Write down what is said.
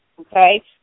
Okay